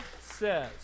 says